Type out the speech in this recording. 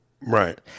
Right